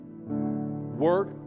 work